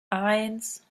eins